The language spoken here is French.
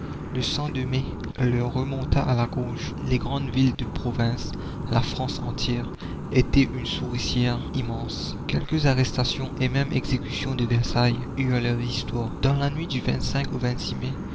le sang de mai leur remonta à la gorge la commune les grandes villes de province la france entière étaient une souricière immense quelques arrestations et même exécutions de versailles eurent leur histoire dans la nuit du au mai